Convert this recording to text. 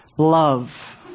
love